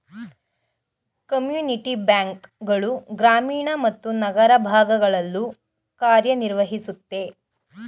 community bank ಗಳು ಗ್ರಾಮೀಣ ಮತ್ತು ನಗರ ಭಾಗಗಳಲ್ಲೂ ಕಾರ್ಯನಿರ್ವಹಿಸುತ್ತೆ